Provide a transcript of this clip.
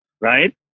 Right